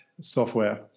software